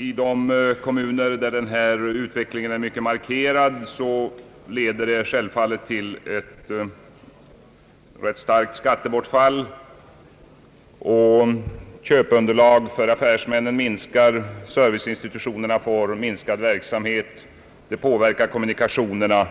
I de kommuner där strukturomvandlingens verkningar är mycket markerade blir det självfallet ett rätt starkt skattebortfall, köpeunderlaget för affärsmännen minskar, serviceinstitutionernas verksamhet inskränks, kommunikationerna